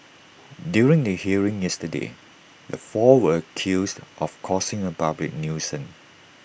during the hearing yesterday the four were accused of causing A public nuisance